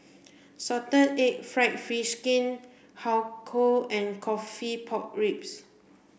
salted egg fried fish skin Har Kow and coffee pork ribs